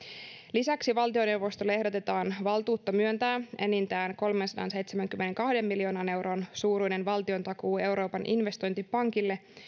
lisäksi valtioneuvostolle ehdotetaan valtuutta myöntää enintään kolmensadanseitsemänkymmenenkahden miljoonan euron suuruinen valtiontakuu euroopan investointipankille